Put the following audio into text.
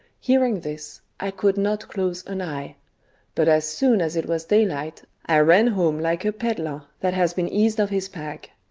hearing this i could not close an eye but as soon as it was daylight, i ran home like a pedlar that has been eased of his pack.